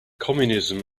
communism